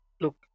Look